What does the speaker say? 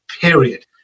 period